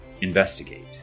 investigate